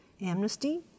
amnesty